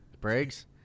Briggs